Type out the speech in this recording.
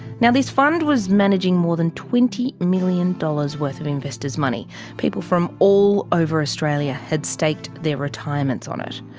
now this fund was managing more than twenty million dollars worth of investors' money everyday people from all over australia had staked their retirements on it.